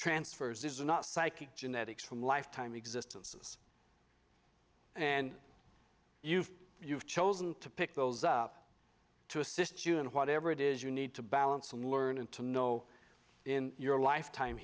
transfers these are not psychic genetics from lifetime existences and you've you've chosen to pick those up to assist you in whatever it is you need to balance and learn and to know in your lifetime